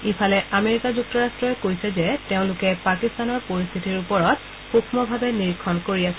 ইফালে আমেৰিকা যুক্তৰাট্টই কৈছে যে তেওঁলোকে পাকিস্তানৰ পৰিস্থিতিৰ ওপৰত সুক্মভাৱে নিৰীক্ষণ কৰি আছে